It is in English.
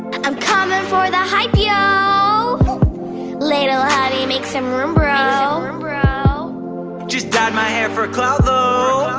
i'm coming for the hype yo lil' ah huddy make some room bro room bro just dyed my hair for clout though